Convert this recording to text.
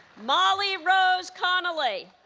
molly rose connelly